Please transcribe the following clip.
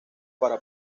para